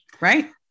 Right